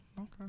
okay